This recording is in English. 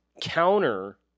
counter